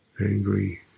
angry